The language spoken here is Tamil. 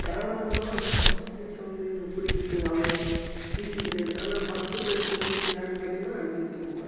யாராக இருந்தாலும் அந்த ஃபர்ஸ்ட்டு ப்ளேஸை வந்து பிடிக்கிறதுக்கு அவ்வளோ ஈஸி கிடையாது ஆனால் ஃபர்ஸ்ட்டு ப்ளேஸில் இருக்கிறது யாருன்னு கேட்டிங்கன்னா அஜித்துகுமாரு தான்